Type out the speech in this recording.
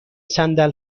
صندل